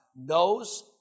knows